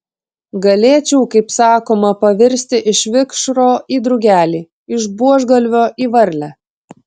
galėčiau kaip sakoma pavirsti iš vikšro į drugelį iš buožgalvio į varlę